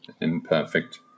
imperfect